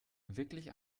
wirklich